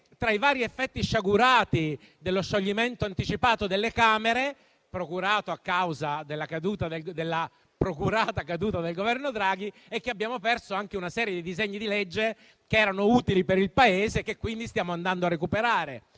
Tra i vari effetti sciagurati dello scioglimento anticipato delle Camere, a causa della procurata caduta del Governo Draghi, c'è che abbiamo perso anche una serie di disegni di legge utili al Paese, che quindi stiamo andando a recuperare.